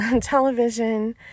television